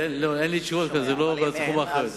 אין לי תשובות, כי זה בתחום אחר.